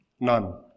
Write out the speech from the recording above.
None